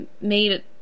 made